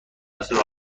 است